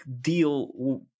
deal